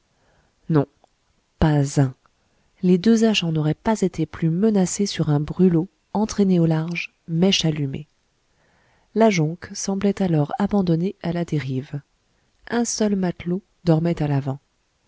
non pas un les deux agents n'auraient pas été plus menacés sur un brûlot entraîné au large mèche allumée la jonque semblait alors abandonnée à la dérive un seul matelot dormait à l'avant